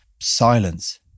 silence